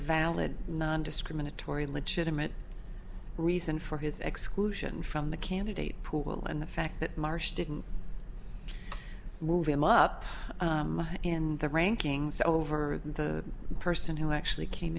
valid nondiscriminatory legitimate reason for his exclusion from the candidate pool and the fact that marsh didn't move him up in the rankings over the person who actually came